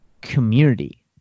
community